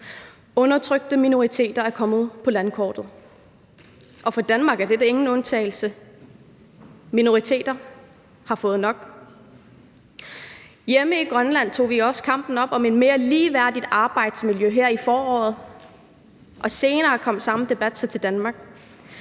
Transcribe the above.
undertrykte minoriteter er kommet på landkortet. For Danmark er dette ingen undtagelse, minoriteter har fået nok. Hjemme i Grønland tog vi også kampen op om et mere ligeværdigt arbejdsmiljø her i foråret, og senere kom samme debat så til Danmark.